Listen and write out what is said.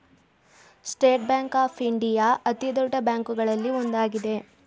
state Bank of India ಅತಿದೊಡ್ಡ ಬ್ಯಾಂಕುಗಳಲ್ಲಿ ಒಂದಾಗಿದೆ